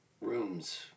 rooms